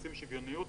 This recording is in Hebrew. עושים שוויוניות,